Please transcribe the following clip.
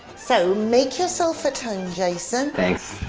so make yourself at home, jason. thanks.